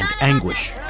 anguish